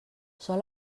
sol